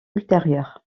ultérieur